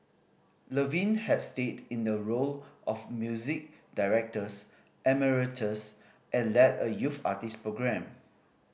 Levine had stayed in a role of music directors emeritus and led a youth artist program